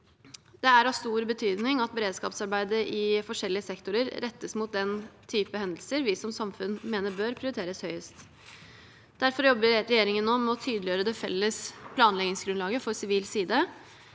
Det er av stor betydning at beredskapsarbeidet i ulike sektorer rettes mot den typen hendelser vi som samfunn mener bør prioriteres høyest. Derfor jobber regjeringen nå med å tydeliggjøre det felles planleggingsgrunnlaget for sivil side,